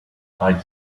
with